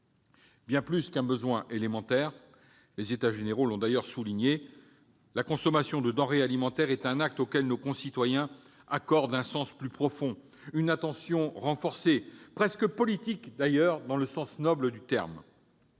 Bien plus qu'un besoin élémentaire- les États généraux l'ont souligné -, la consommation de denrées alimentaires est un acte auquel nos concitoyens accordent un sens profond, une attention renforcée, presque politique, au sens noble du terme.